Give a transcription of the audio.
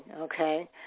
okay